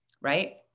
right